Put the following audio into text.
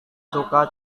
suka